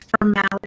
formality